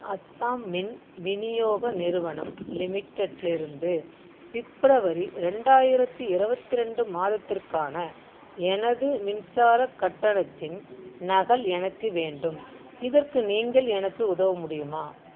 அசாம் மின் விநியோக நிறுவனம் லிமிடெட்லிருந்து ஃபிப்ரவரி ரெண்டாயிரத்து இருபத்து ரெண்டு மாதத்திற்கான எனது மின்சார கட்டணத்தின் நகல் எனக்கு வேண்டும் இதற்கு நீங்கள் எனக்கு உதவ முடியுமா